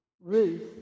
Ruth